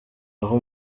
aho